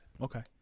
Okay